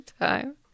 time